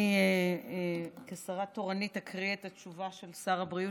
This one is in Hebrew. אני כשרה תורנית אקריא את התשובה של שר הבריאות,